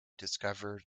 discovered